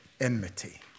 enmity